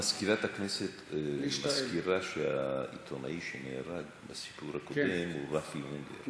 מזכירת הכנסת מזכירה שהעיתונאי שנהרג בסיפור הקודם הוא רפי אונגר.